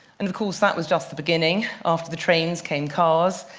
and of course that was just the beginning. after the trains came cars,